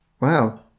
Wow